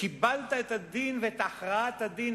קיבלת את הדין ואת הכרעת הדין,